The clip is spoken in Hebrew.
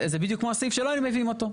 זה בדיוק כמו הסעיף שלא היינו מביאים אותו.